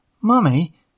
Mummy